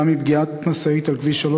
מפגיעת משאית על כביש 3,